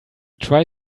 tried